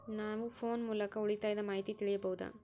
ನಾವು ಫೋನ್ ಮೂಲಕ ಉಳಿತಾಯದ ಮಾಹಿತಿ ತಿಳಿಯಬಹುದಾ?